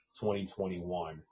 2021